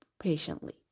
patiently